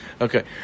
Okay